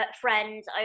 friends